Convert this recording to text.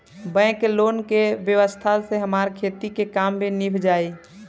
bank के loan के व्यवस्था से हमार खेती के काम नीभ जाई